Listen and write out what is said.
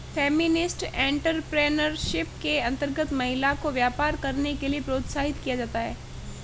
feminist entrepreneurship के अंतर्गत महिला को व्यापार करने के लिए प्रोत्साहित किया जाता है